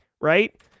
right